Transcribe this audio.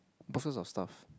boxes of stuff